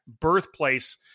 birthplace